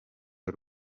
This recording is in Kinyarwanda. y’u